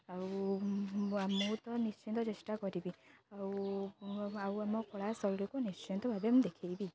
ଆଉ ମୁଁ ତ ନିଶ୍ଚନ୍ତ ଚେଷ୍ଟା କରିବି ଆଉ ଆଉ ଆମ କଳା ଶୈଳୀକୁ ନିଶ୍ଚନ୍ତ ଭାବେ ମୁଁ ଦେଖାଇିବି